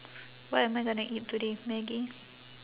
what am I gonna eat today maggi